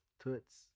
Toots